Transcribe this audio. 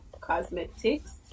Cosmetics